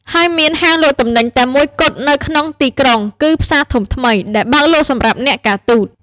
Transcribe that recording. ហើយមានហាងលក់ទំនិញតែមួយគត់នៅក្នុងទីក្រុង គឺផ្សារធំថ្មី ដែលបើកលក់សម្រាប់អ្នកការទូត។